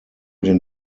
den